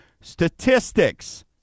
Statistics